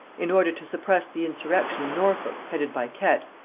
in order to suppress the insurrection in norfolk, headed by kett,